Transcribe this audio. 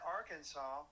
Arkansas –